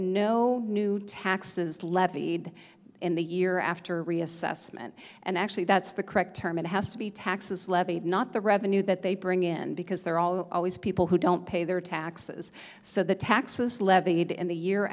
no new taxes levied in the year after reassessment and actually that's the correct term it has to be taxes levied not the revenue that they bring in because they're all always people who don't pay their taxes so the taxes levied in the year